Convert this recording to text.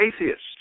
atheist